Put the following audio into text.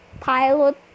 pilot